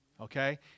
okay